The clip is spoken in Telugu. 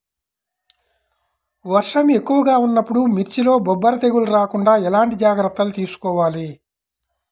వర్షం ఎక్కువగా ఉన్నప్పుడు మిర్చిలో బొబ్బర తెగులు రాకుండా ఎలాంటి జాగ్రత్తలు తీసుకోవాలి?